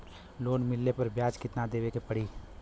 Loan मिलले पर ब्याज कितनादेवे के पड़ी?